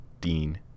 Dean